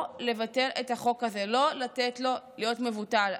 לא לבטל את החוק הזה, לא לתת לו להיות מבוטל,